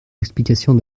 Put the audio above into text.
explications